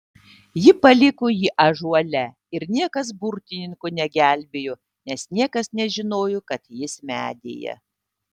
ji paliko jį ąžuole ir niekas burtininko negelbėjo nes niekas nežinojo kad jis medyje